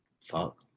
fuck